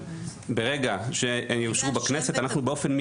ברגע שהם יאושרו בכנסת,